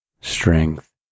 strength